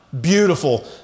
Beautiful